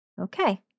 Okay